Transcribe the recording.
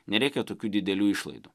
nereikia tokių didelių išlaidų